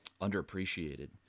underappreciated